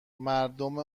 مردم